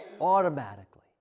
automatically